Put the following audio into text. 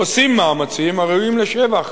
עושים מאמצים הראויים לשבח